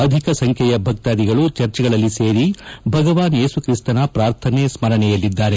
ಅಧಿಕ ಸಂಖ್ಯೆಯ ಭಕ್ತಾಧಿಗಳು ಚರ್ಚ್ಗಳಲ್ಲಿ ಸೇರಿ ಭಗವಾನ್ ಏಸು ಕ್ರಿಸ್ತನ ಪ್ರಾರ್ಥನೆ ಸ್ಮರಣೆಯಲ್ಲಿದ್ದಾರೆ